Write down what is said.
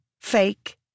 fake